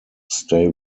stay